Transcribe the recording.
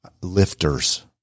lifters